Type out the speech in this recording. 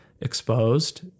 exposed